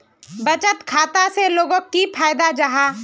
बचत खाता से लोगोक की फायदा जाहा?